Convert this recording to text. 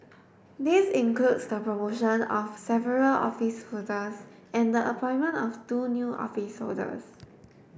this includes the promotion of several office holders and the appointment of two new office holders